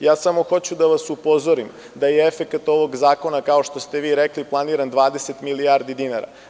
Hoću samo da vas upozorim da je efekat ovog zakona, kao što ste vi rekli, planiran 20 milijardi dinara.